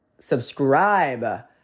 subscribe